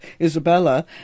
Isabella